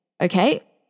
Okay